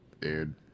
Dude